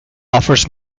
offers